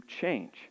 change